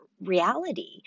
reality